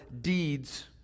deeds